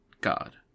God